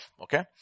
okay